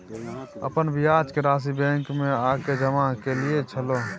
अपन ब्याज के राशि बैंक में आ के जमा कैलियै छलौं?